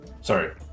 sorry